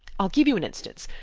i'll give you an instance.